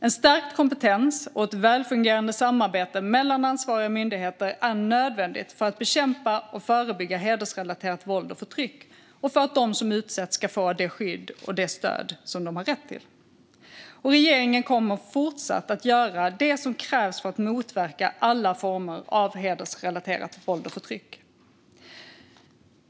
En stärkt kompetens och ett välfungerande samarbete mellan ansvariga myndigheter är nödvändigt för att bekämpa och förebygga hedersrelaterat våld och förtryck och för att de som utsätts ska få det skydd och det stöd som de har rätt till. Regeringen kommer att fortsätta att göra det som krävs för att motverka alla former av hedersrelaterat våld och förtryck.